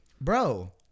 bro